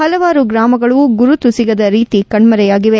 ಪಲವಾರು ಗ್ರಾಮಗಳು ಗುರುತು ಸಿಗದ ರೀತಿ ಕಣ್ಣರೆಯಾಗಿವೆ